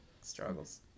struggles